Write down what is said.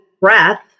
breath